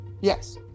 yes